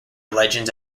legends